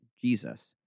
Jesus